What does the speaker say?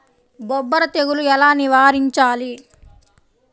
బొబ్బర తెగులు ఎలా నివారించాలి?